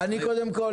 קודם כול,